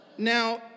Now